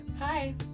Hi